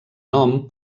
nom